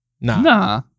nah